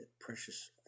precious